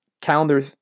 calendar